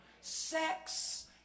Sex